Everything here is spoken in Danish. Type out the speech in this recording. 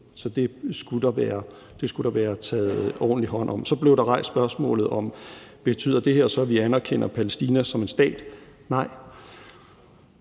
Så det skulle der være taget ordentlig hånd om. Så blev der rejst spørgsmålet om, om det så betyder, at vi anerkender Palæstina som en stat. Nej,